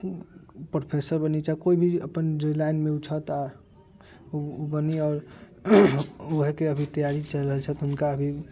professor बनी चाहे कोइ भी अपन जे लाइनमे उ छथि आओर उ बनी आओर उहेके अभी तैयारी चलि रहल छै हुनका अभी